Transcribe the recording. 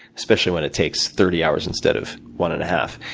especially when it takes thirty hours, instead of one and a half.